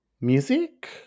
music